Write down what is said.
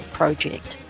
project